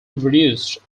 reduced